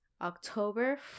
October